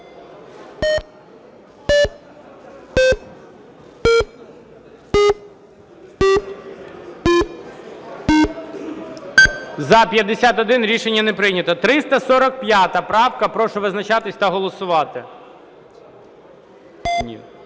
За-51 Рішення не прийнято. 345 правка. Прошу визначатись та голосувати.